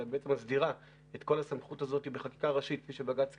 שבעצם מסדירה את כל הסמכות הזו בחקיקה ראשית כפי שבג"ץ קבע,